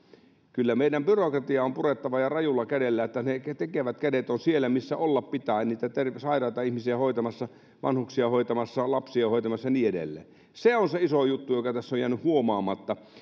kyllä meidän byrokratiaa on purettava ja rajulla kädellä että ne tekevät kädet ovat siellä missä olla pitää eli niitä sairaita ihmisiä hoitamassa vanhuksia hoitamassa lapsia hoitamassa ja niin edelleen se on se iso juttu joka tässä on jäänyt huomaamatta